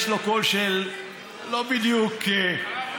יש לו קול לא בדיוק של זמר.